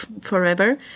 forever